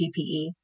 PPE